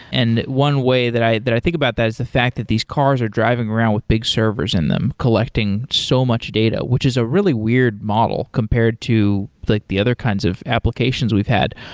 and one way that i that i think about that is the fact that these cars are driving around with big servers in them collecting so much data, which is a really weird model compared to like the other kinds of applications we've had.